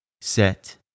set